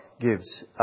gives